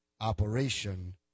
Operation